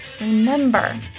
remember